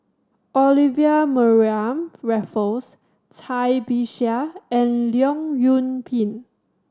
Olivia Mariamne Raffles Cai Bixia and Leong Yoon Pin